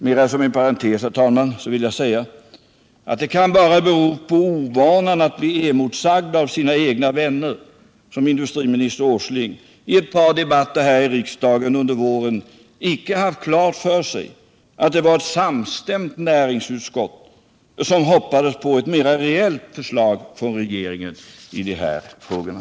Mera som en parentes, herr talman, vill jag säga att det bara kan bero på ovanan att bli emotsagd av sina egna vänner då industriministern Åsling i ett par debatter här i riksdagen under våren icke haft klart för sig att det var ett samstämt näringsutskott som hoppades på ett mera reellt förslag från regeringen i dessa frågor.